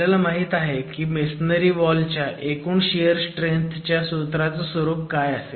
आपल्याला माहीत आहे की मेसोनारी वॉलच्या एकूण शियर स्ट्रेंथच्या सूत्राचं स्वरूप काय असेल